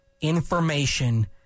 information